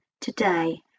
today